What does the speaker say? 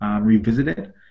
Revisited